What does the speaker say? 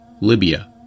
Libya